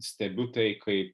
stebiu tai kaip